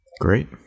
Great